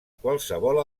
qualsevol